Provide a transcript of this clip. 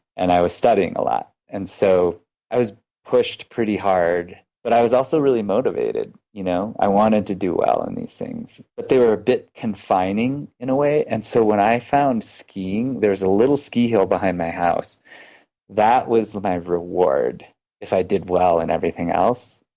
and i was studying a lot. and so i was pushed pretty hard. but i was also really motivated. you know i wanted to do well in these things. but they were a bit confining, in a way. and so when i found skiing, there was a little ski hill behind my house and that was my reward if i did well in everything else.